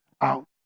out